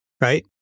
right